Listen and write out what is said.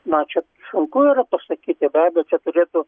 na čia sunku yra pasakyti be abejo čia turėtų